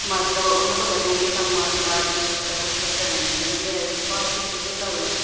ਮਤਲਬ ਉਹਨਾਂ ਤੋਂ ਬਚਣ ਲਈ ਸਾਨੂੰ ਮਾਰਸ਼ਲ ਆਰਟ ਦੀ ਸ ਸੁਰੱਖਿਆ ਲੈਣੀ ਚਾਹੀਦੀ ਹੈ ਭਾਵ ਕਿ ਫਿਜ਼ੀਕਲ